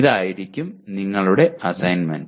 ഇതായിരിക്കും നിങ്ങളുടെ അസൈൻമെന്റ്